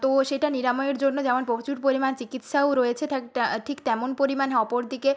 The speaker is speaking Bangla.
তো সেটা নিরাময়ের জন্য যেমন প্রচুর পরিমাণ চিকিৎসাও রয়েছে ঠিক তেমন পরিমাণ অপর দিকে